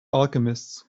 alchemists